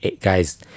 guys